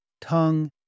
tongue